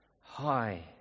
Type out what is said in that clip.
high